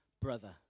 brother